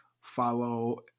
follow